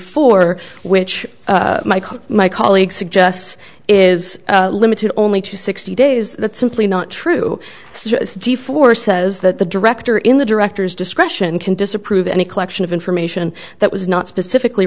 four which my colleague suggests is limited only to sixty days that's simply not true de force says that the director in the director's discretion can disapprove any collection of information that was not specifically